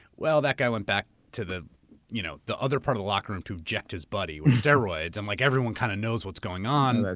well, that guy went back to the you know the other part of the locker room to inject his buddy with steroids. and like everyone kind of knows what's going on.